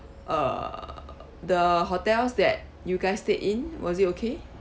uh the hotels that you guys stayed in was it okay